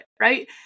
right